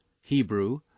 Hebrew